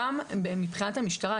גם מבחינת המשטרה,